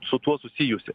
su tuo susijusi